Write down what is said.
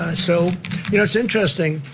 ah so you know it's interesting,